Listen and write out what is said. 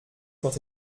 quand